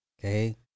Okay